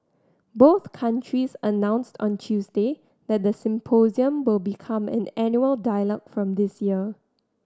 both countries announced on Tuesday that the symposium will become an annual dialogue from this year